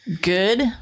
good